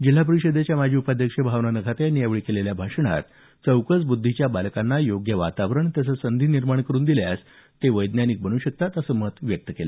जिल्हा परिषदेच्या माजी उपाध्यक्ष भावना नखाते यांनी यावेळी केलेल्या भाषणात चौकस बुद्धीच्या बालकांना योग्य वातावरण तसंच संधी निर्माण करून दिल्यास ते वैज्ञानिक बनू शकतात असं मत व्यक्त केलं